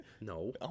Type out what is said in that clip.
no